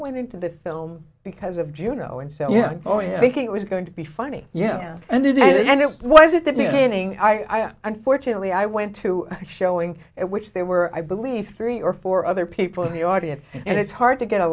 went into the film because of juno and so yeah oh yeah i think it was going to be funny yeah and they did it and it was at the beginning i unfortunately i went to showing it which they were i believe three or four other people in the audience and it's hard to get a